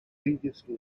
previously